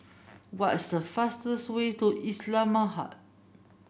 what is the fastest way to Islamabad